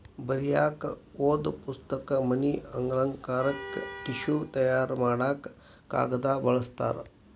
ಬರಿಯಾಕ ಓದು ಪುಸ್ತಕ, ಮನಿ ಅಲಂಕಾರಕ್ಕ ಟಿಷ್ಯು ತಯಾರ ಮಾಡಾಕ ಕಾಗದಾ ಬಳಸ್ತಾರ